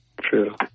True